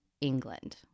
england